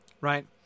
Right